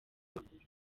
amaguru